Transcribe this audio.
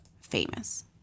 famous